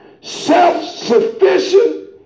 self-sufficient